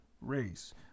race